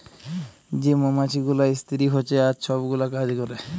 যে মমাছি গুলা ইস্তিরি হছে আর ছব গুলা কাজ ক্যরে